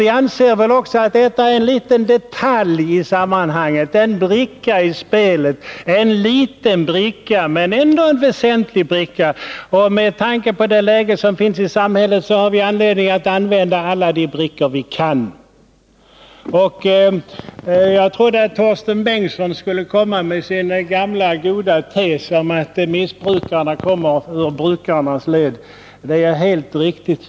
Vi anser vidare att detta är enliten detalj isammanhanget, en liten — men ändå väsentlig — bricka i spelet. Med tanke på de förhållanden som finns i samhället har vi anledning att använda alla de brickor som vi kan använda. Jag trodde att Torsten Bengtson skulle föra fram sin gamla goda tes om att missbrukarna kommer ur brukarnas led. Det är ju helt riktigt.